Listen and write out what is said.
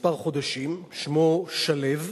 מספר חודשים, שמו שלֵו,